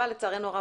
אבל לצערנו הרב,